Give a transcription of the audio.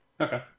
Okay